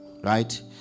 Right